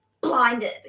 blinded